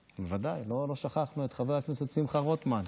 בוודאי, לא שכחנו את חבר הכנסת שמחה רוטמן.